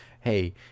hey